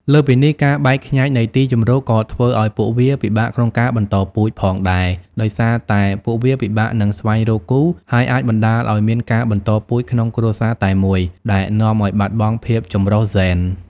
លើសពីនេះ ការបែកខ្ញែកនៃទីជម្រកក៏ធ្វើឲ្យពួកវា ពិបាកក្នុងការបន្តពូជ ផងដែរ ដោយសារតែពួកវាពិបាកនឹងស្វែងរកគូ ហើយអាចបណ្តាលឲ្យមានការបន្តពូជក្នុងគ្រួសារតែមួយ ដែលនាំឲ្យបាត់បង់ភាពចម្រុះហ្សែន។